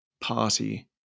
party